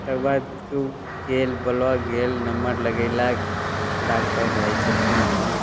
तकरबाद गेल ब्लॉक गेल नम्बर लगेलक डाकटर रहै छथिन वहाँ